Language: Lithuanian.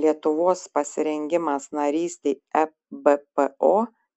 lietuvos pasirengimas narystei ebpo